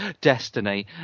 Destiny